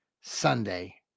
Sunday